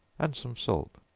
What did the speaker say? and some salt